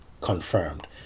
confirmed